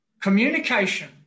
Communication